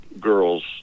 Girls